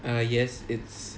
err yes it's